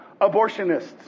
abortionists